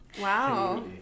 Wow